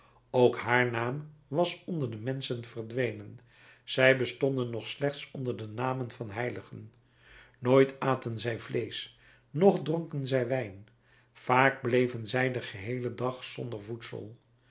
ook haar naam was onder de menschen verdwenen zij bestonden nog slechts onder de namen van heiligen nooit aten zij vleesch noch dronken zij wijn vaak bleven zij den geheelen dag zonder voedsel